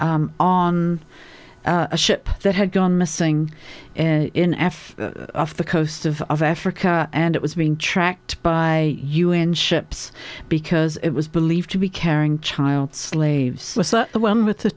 on a ship that had gone missing in f off the coast of africa and it was being tracked by u n ships because it was believed to be carrying child slaves the one with the